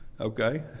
Okay